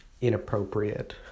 inappropriate